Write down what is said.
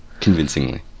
Convincingly